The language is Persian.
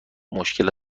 مشکل